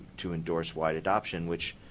to endorse wide adoption which,